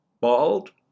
Bald